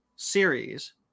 series